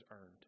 earned